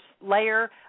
layer